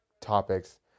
topics